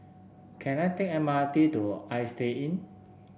can I take the M R T to Istay Inn